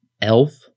Elf